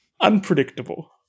Unpredictable